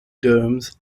domes